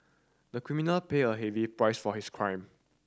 the criminal paid a heavy price for his crime